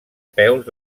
peus